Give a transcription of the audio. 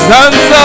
Sons